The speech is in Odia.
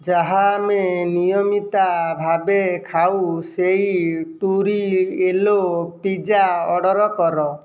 ଯାହା ଆମେ ନିୟମିତା ଭାବେ ଖାଉ ସେଇ ଟୁରିଏଲୋ ପିଜ୍ଜା ଅର୍ଡ଼ର କର